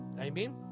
Amen